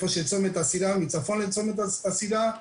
מצפון לצומת הסירה,